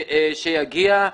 שיגיע.